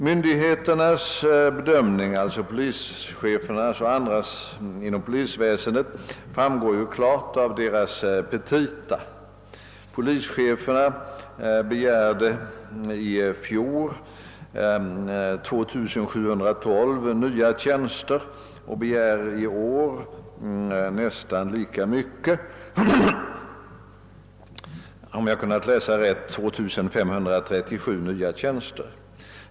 Polischefernas och andra polismyndigheters bedömning framgår klart av deras petita. Polischeferna begärde i fjol 2 712 nya tjänster, och de begär i år nästan lika många — 2 537, om jag kunnat läsa rätt.